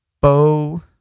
Bo